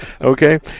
okay